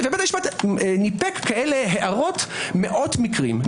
בית המשפט ניפק כאלה הערות מאות מקרים.